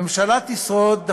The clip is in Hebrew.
הממשלה תשרוד,